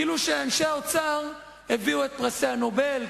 כאילו אנשי האוצר הביאו את פרסי נובל,